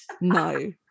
No